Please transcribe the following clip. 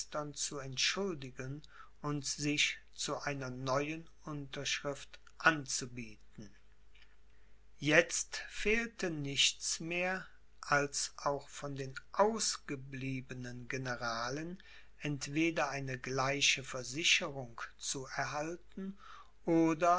zu entschuldigen und sich zu einer neuen unterschrift anzubieten jetzt fehlte nichts mehr als auch von den ausgebliebenen generalen entweder eine gleiche versicherung zu erhalten oder